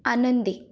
आनंदी